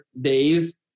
days